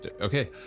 Okay